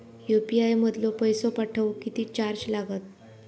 UPI मधलो पैसो पाठवुक किती चार्ज लागात?